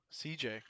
CJ